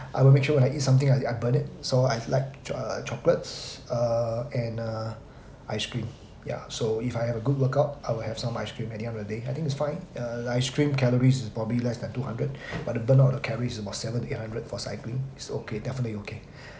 I will make sure when I eat something I I burn it so I've like uh chocolates uh and uh ice cream yeah so if I have a good workout I will have some ice cream at the end of the day I think it's fine uh the ice cream calories is probably less than two hundred but the burn out of the calories is about seven to eight hundred for cycling is okay definitely okay